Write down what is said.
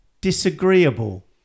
disagreeable